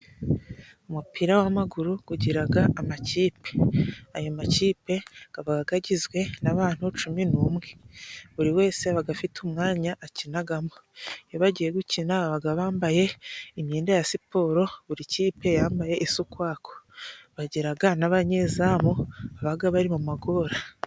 Umupira w'amaguru ugira amakipe. Ayo makipe aba agizwe n'abantu cumi n'umwe. Buri wese aba afite umwanya akinamo. Iyo bagiye gukina baba bambaye imyenda ya siporo, buri kipe yambaye isa ukwayo. Bagira n'abanyezamu baba bari mu magora.